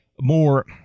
more